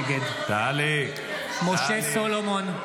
נגד משה סולומון,